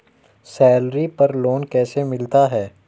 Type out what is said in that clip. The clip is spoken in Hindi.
सैलरी पर लोन कैसे मिलता है?